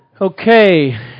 Okay